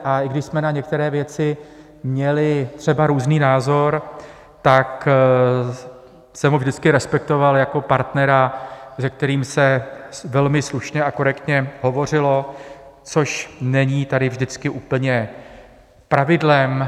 I když jsme na některé věci měli třeba různý názor, tak jsem ho vždycky respektoval jako partnera, se kterým se velmi slušně a korektně hovořilo, což není tady vždycky úplně pravidlem.